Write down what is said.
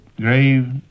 grave